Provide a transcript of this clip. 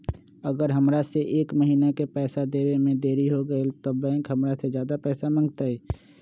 अगर हमरा से एक महीना के पैसा देवे में देरी होगलइ तब बैंक हमरा से ज्यादा पैसा मंगतइ?